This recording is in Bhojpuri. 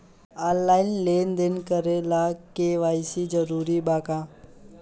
आनलाइन लेन देन करे ला के.वाइ.सी जरूरी बा का?